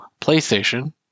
playstation